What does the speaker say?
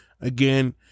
again